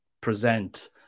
present